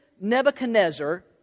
Nebuchadnezzar